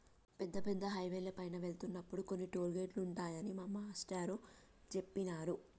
పెద్ద పెద్ద హైవేల పైన వెళ్తున్నప్పుడు కొన్ని టోలు గేటులుంటాయని మా మేష్టారు జెప్పినారు